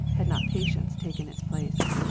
had not patience taken its place.